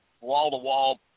wall-to-wall